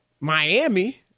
Miami